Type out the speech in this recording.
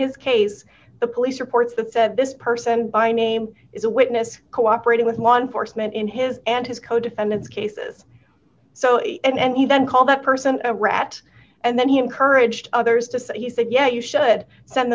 his case the police reports that said this person by name is a witness cooperating with law enforcement in his and his co defendants cases so and he then called that person a rat and then he encouraged others to say he said yeah you should send